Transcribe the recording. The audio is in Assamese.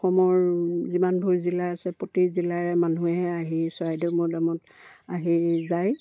অসমৰ যিমানবোৰ জিলা আছে প্ৰতি জিলাৰে মানুহে আহি চৰাইদেউ মৈদামত আহি যায়